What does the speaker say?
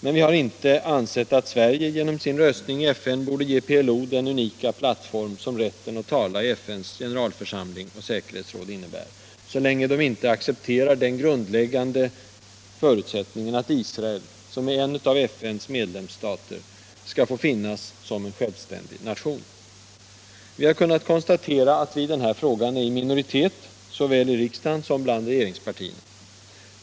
Men vi har inte ansett att Sverige genom sin röstning i FN borde ge PLO den unika plattform som rätten att tala i FN:s generalförsamling eller säkerhetsråd innebär, så länge de inte accepterar den grundläggande förutsättningen att Israel, som är en av FN:s medlemsstater, skall få finnas som självständig nation. Vi har kunnat konstatera att vi i denna fråga är i minoritet såväl i riksdagen som bland regeringspartierna.